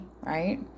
right